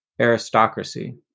aristocracy